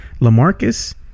LaMarcus